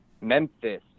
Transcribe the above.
Memphis